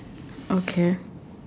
okay